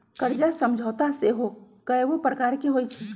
कर्जा समझौता सेहो कयगो प्रकार के होइ छइ